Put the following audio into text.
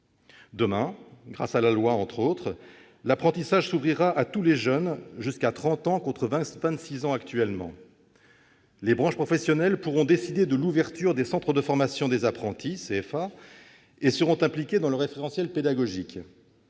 Demain, grâce à cette loi, entre autres dispositions, l'apprentissage s'ouvrira à tous les jeunes, jusqu'à 30 ans, contre 26 ans actuellement ; les branches professionnelles pourront décider de l'ouverture des centres de formation des apprentis, CFA, et seront impliquées dans le référentiel pédagogique